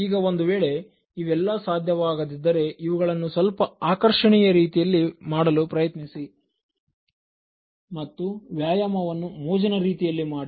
ಈಗ ಒಂದು ವೇಳೆ ಇವೆಲ್ಲಾ ಸಾಧ್ಯವಾಗದಿದ್ದರೆ ಇವುಗಳನ್ನು ಸ್ವಲ್ಪ ಆಕರ್ಷಣೀಯ ರೀತಿಯಲ್ಲಿ ಮಾಡಲು ಪ್ರಯತ್ನಿಸಿ ಮತ್ತು ವ್ಯಾಯಾಮವನ್ನು ಮೋಜಿನ ರೀತಿಯಲ್ಲಿ ಮಾಡಿ